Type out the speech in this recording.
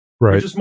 Right